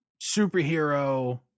superhero